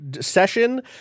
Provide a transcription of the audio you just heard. session